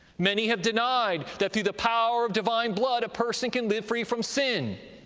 many have denied that through the power of divine blood a person can live free from sin.